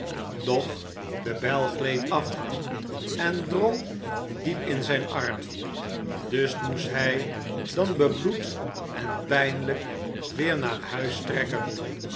doch de bijl gleed af en drong diep in zijn arm dus moest hij dan bebloed en pijnlijk weêr naar huis trekken